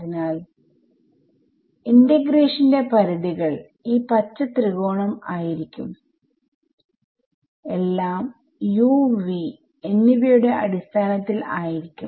അതിനാൽ ഇന്റഗ്രേഷന്റെ പരിധികൾ ഈ പച്ച ത്രികോണം ആയിരിക്കും എല്ലാം u v എന്നിവയുടെ അടിസ്ഥാനത്തിൽ ആയിരിക്കും